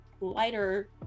lighter